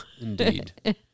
Indeed